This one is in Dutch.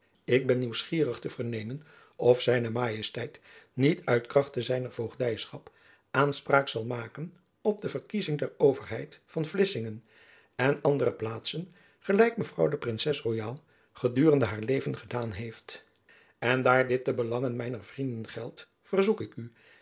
ik ben nieuwsgierig te vernemen of z m niet uit krachte zijner voogdyschap aanspraak zal maken op de verkiezing der overheid van vlissingen en andere plaatsen gelijk mevrouw de princes royaal gedurende haar leven gedaan heeft en daar dit de belangen mijner vrienden geldt verzoek ik u